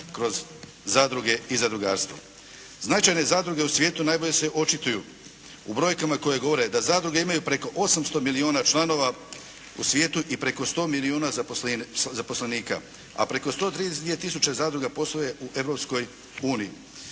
kroz zadruge i zadrugarstvo. Značajne zadruge u svijetu najbolje se očituju u brojkama koje govore da zadruge imaju preko 800 milijuna članova u svijetu i preko 100 milijuna zaposlenika. A preko 132 tisuće zadruga posluje u